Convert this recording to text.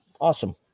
awesome